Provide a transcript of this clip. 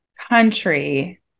Country